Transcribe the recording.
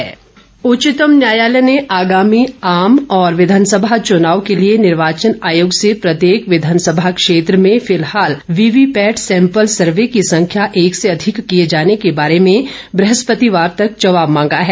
VVPAT उच्चतम न्यायालय ने आगामी आम और विधानसभा चुनाव के लिए निर्वाचन आयोग से प्रत्येक विधानसभा क्षेत्र में फिलहाल वीवीपैट सैंपल सर्वे की संख्या एक से अधिक किए जाने के बारे में ब्रहस्पतिवार तक जवाब मांगा है